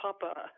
Papa